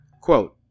Quote